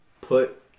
put